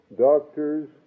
doctors